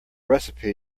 recipe